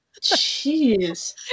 Jeez